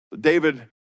David